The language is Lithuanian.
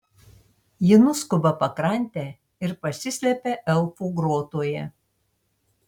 ji nuskuba pakrante ir pasislepia elfų grotoje